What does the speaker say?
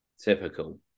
Typical